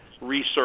research